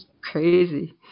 Crazy